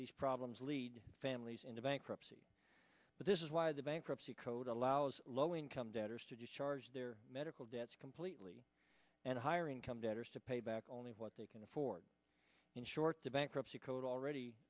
these problems lead families into bankruptcy but this is why the bankruptcy code allows low income debtors to discharge their medical debts completely and higher income debtors to pay back only what they can afford in short the bankruptcy code already